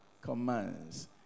commands